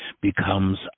becomes